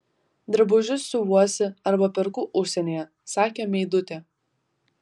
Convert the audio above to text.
drabužius siuvuosi arba perku užsienyje sakė meidutė